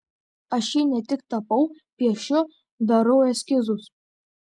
aš jį ne tik tapau piešiu darau eskizus